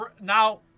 Now